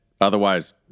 Otherwise